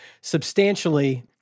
substantially